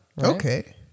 Okay